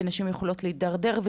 ונשים יכולות להתדרדר,